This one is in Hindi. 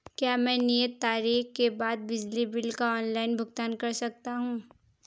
क्या मैं नियत तारीख के बाद बिजली बिल का ऑनलाइन भुगतान कर सकता हूं?